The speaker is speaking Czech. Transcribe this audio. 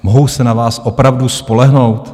Mohou se na vás opravdu spolehnout?